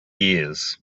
years